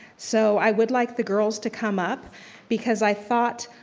so i would like the girls to come up because i thought,